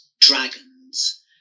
dragons